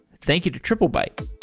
thank you to triplebyte